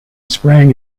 sprang